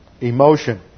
emotion